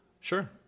Sure